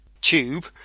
tube